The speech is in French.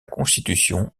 constitution